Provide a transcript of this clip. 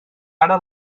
ara